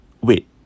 Wait